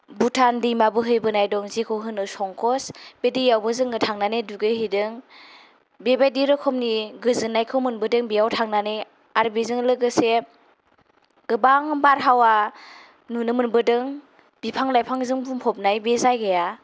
भुटान दैमा बोहैबोनाय दं जेखौ होनो संकश बे दैआवबो जों थांनानै दुगैहैदों बेबायदि रखमनि गोजोननायखौ मोनबोदों बेयाव थांनानै आरो बेजों लोगोसे गोबां बारहावा नुनो मोनबोदों बिफां लाइफांजों बुंफबनाय बे जायगाया